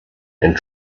and